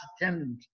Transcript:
attendant